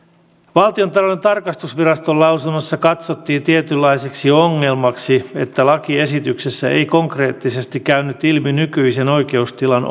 valtiontalouden tarkastusviraston lausunnossa katsottiin tietynlaiseksi ongelmaksi että lakiesityksessä eivät konkreettisesti käyneet ilmi nykyisen oikeustilan